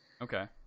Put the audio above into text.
Okay